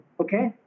Okay